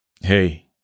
hey